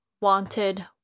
wanted